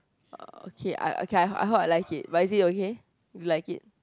uh okay I okay I I hope I like it but is it okay you like it